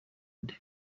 nde